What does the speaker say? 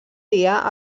dia